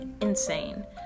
insane